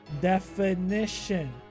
definition